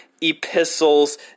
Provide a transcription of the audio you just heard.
epistles